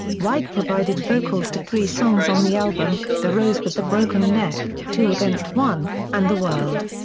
white provided vocals to three songs on the album the rose with the broken neck, two against one and the world.